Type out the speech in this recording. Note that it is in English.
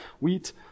Wheat